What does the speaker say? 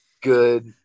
good